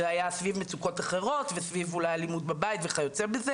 שהיה סביב מצוקות אחרות וסביב אולי אלימות בבית וכיו"ב,